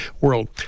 world